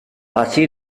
así